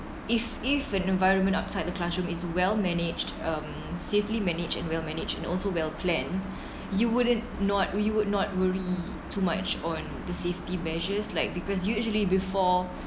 if if an environment outside the classroom is well managed um safely managed and well managed and also well planned you wouldn't not we would not worry too much on the safety measures like because usually before